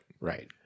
Right